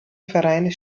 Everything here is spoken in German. vereine